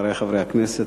חברי חברי הכנסת,